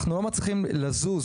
אנחנו לא מצליחים לזוז,